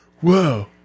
Whoa